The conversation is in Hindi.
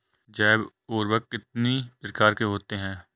जैव उर्वरक कितनी प्रकार के होते हैं?